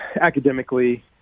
academically